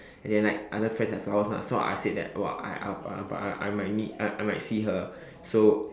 as in like other friends have flowers mah so I said that oh I I I might meet I might see her so